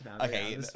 Okay